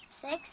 Six